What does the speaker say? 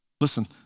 Listen